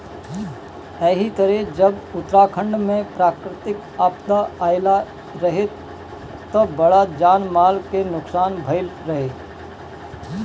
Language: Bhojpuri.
एही तरे जब उत्तराखंड में प्राकृतिक आपदा आईल रहे त बड़ा जान माल के नुकसान भईल रहे